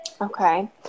okay